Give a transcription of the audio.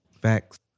Facts